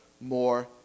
more